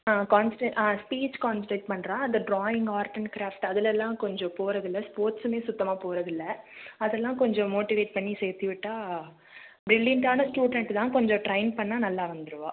ஆ concept speech concentrate பண்ணுறா அந்த drawing art and craft அதிலயெல்லாம் கொஞ்சம் போகிறதுல்ல ஸ்போர்ட்ஸ்ஸுமே சுத்தமாக போகிறதுல்ல அதெல்லாம் கொஞ்சம் மோட்டிவேட் பண்ணி சேர்த்திவிட்டா ப்ரில்லியண்ட்டான ஸ்டூடெண்ட் தான் கொஞ்சம் ட்ரெயின் பண்ணால் நல்லா வந்துடுவா